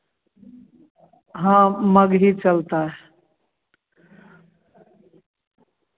हाँ मगही चलता है